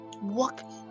walk